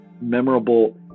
memorable